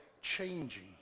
changing